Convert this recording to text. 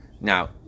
now